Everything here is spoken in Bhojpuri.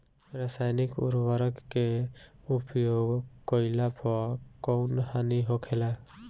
रसायनिक उर्वरक के उपयोग कइला पर कउन हानि होखेला?